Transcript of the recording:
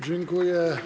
Dziękuję.